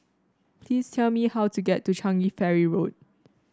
please tell me how to get to Changi Ferry Road